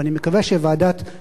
ואני מקווה שוועדת-פלסנר,